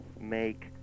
make